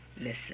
listen